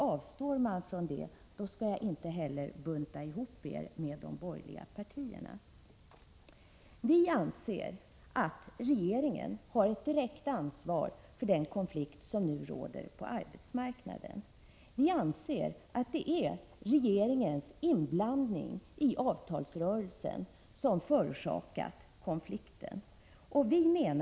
Avstår ni från att göra sådana skall jag inte heller bunta ihop er med de borgerliga partierna. Vi anser att regeringen har ett direkt ansvar för den konflikt som nu råder på arbetsmarknaden. Vi anser att det är regeringens inblandning i avtalsrörelsen som förorsakat konflikten.